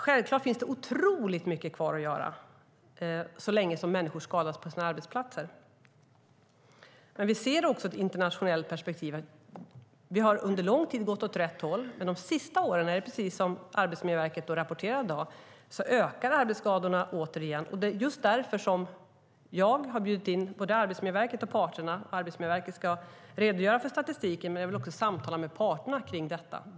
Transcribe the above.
Självklart finns det otroligt mycket kvar att göra så länge människor skadas på sina arbetsplatser. Men vi ser också i ett internationellt perspektiv att vi under lång tid har gått åt rätt håll. Men de sista åren är det precis som Arbetsmiljöverket rapporterar. Arbetsskadorna ökar återigen. Det är just därför som jag har bjudit in både Arbetsmiljöverket och parterna. Arbetsmiljöverket ska redogöra för statistiken, men jag vill också samtala med parterna kring detta.